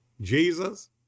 Jesus